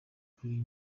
kuri